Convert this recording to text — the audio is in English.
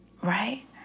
right